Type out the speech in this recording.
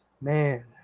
Man